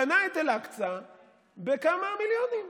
קנה את אל-אקצא בכמה מיליונים.